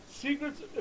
Secrets